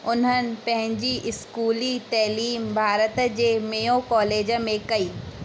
उन्हनि पंहिंजी इस्कूली तइलीम भारत जे मेयो कॉलेज में कई